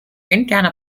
interne